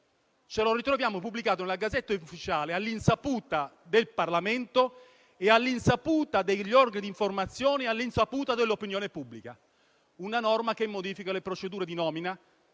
questo. Ritroviamo così pubblicata nella *Gazzetta Ufficiale*, all'insaputa del Parlamento, all'insaputa degli organi di informazione e dell'opinione pubblica, una norma che modifica le procedure di nomina